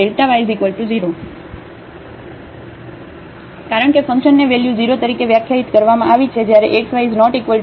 fyx→0f0y f00y0 કારણ કે ફંક્શનને વેલ્યુ 0 તરીકે વ્યાખ્યાયિત કરવામાં આવી છે જ્યારે xy 0